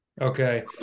Okay